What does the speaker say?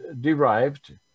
derived